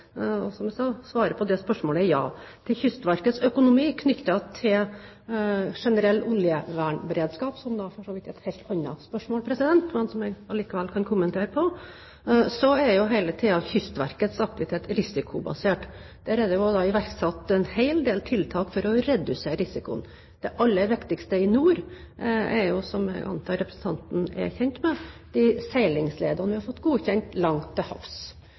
på det spørsmålet er ja. Når det gjelder Kystverkets økonomi knyttet til generell oljevernberedskap – det er for så vidt et helt annet spørsmål, men som jeg kan likevel kan kommentere – er jo hele tiden Kystverkets aktivitet risikobasert. Der er det iverksatt en hel del tiltak for å redusere risikoen. Det aller viktigste i nord – og det antar jeg at representanten er kjent med – er seilingsledene vi har fått godkjent langt til havs,